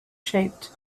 shaped